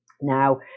now